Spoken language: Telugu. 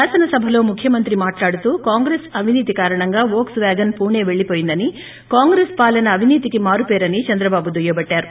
శాసనసభలో ముఖ్యమంత్రి మాట్లాడుతూ కాంగ్రెస్ అవీనీతో కారణంగా వోక్స్ వ్యాగన్ పుణి వెల్లిపోయిందని కాంగ్రెస్ పాలన అవినీతికి మారుపేరని చంద్రబాబు దుయ్యబట్టారు